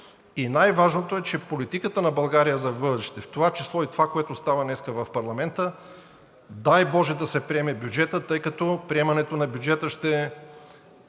Най-важна е политиката на България в бъдеще, в това число и това, което стана днес в парламента. Дай боже, да се приеме бюджетът, тъй като приемането на бюджета ще